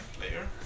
player